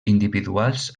individuals